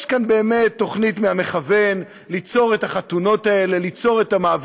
יש כאן באמת תוכנית מכוון ליצור את החתונות האלה,